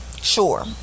Sure